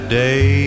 day